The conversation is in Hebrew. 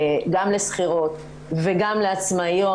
גם לשכירות וגם לעצמאיות,